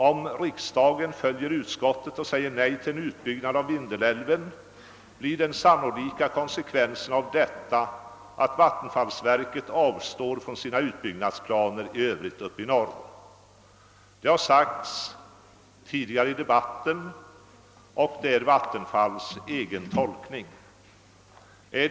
Om riksdagen följer utskottet och säger nej till en utbyggnad av Vindelälven blir den sannolika konsekvensen av detta, att vattenfallsverket avstår från sina utbyggnadsplaner i övrigt uppe i norr. Det har sagts tidigare i debatten och det är Vattenfalls egen tolkning.